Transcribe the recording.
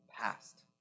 past